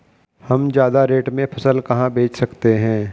हम ज्यादा रेट में फसल कहाँ बेच सकते हैं?